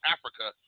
Africa